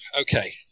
Okay